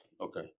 okay